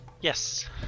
Yes